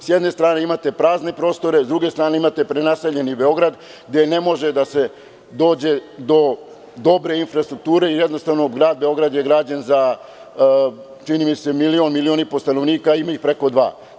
S jedne strane imate prazne prostore, s druge strane imate prenaseljeni Beograd gde ne može da se dođe do dobre infrastrukture i jednostavno grad Beograd je građen, čini mi se, milion, milion i po stanovnika, a ima ih preko dva.